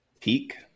peak